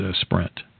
Sprint